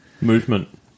movement